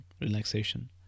relaxation